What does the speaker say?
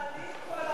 אם היה תהליך,